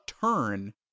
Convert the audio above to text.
turn